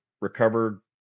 recovered